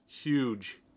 Huge